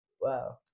Wow